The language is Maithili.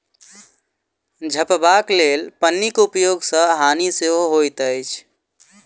झपबाक लेल पन्नीक उपयोग सॅ हानि सेहो होइत अछि